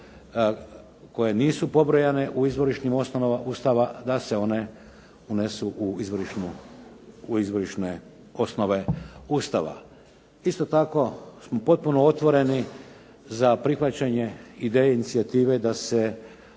koje nisu pobrojane u izvorišnim osnovama Ustava da se one unesu u izvorišne osnove Ustava. Isto tako smo potpuno otvoreni za prihvaćanje ideje i inicijative da se